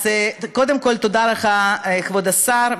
אז קודם כול, תודה לך, כבוד השר.